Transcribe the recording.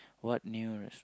what new res~